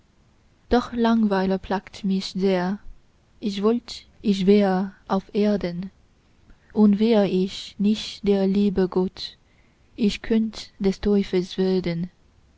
doch langeweile plagt mich sehr ich wollt ich wär auf erden und wär ich nicht der liebe gott ich könnt des teufels werden